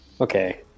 Okay